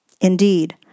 Indeed